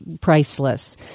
priceless